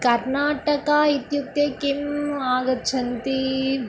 कर्नाटका इत्युक्ते किम् आगच्छन्ति